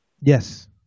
Yes